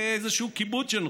זה איזשהו כיבוד שנותנים.